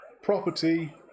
property